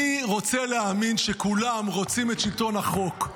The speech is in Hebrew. אני רוצה להאמין שכולם רוצים את שלטון החוק.